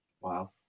Wow